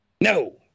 no